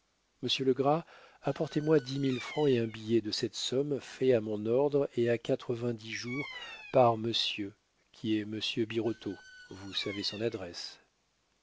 césar monsieur legras apportez-moi dix mille francs et un billet de cette somme fait à mon ordre et à quatre-vingt-dix jours par monsieur qui est monsieur birotteau vous savez son adresse